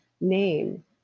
name